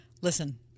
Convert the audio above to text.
listen